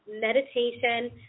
meditation